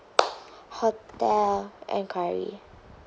hotel enquiry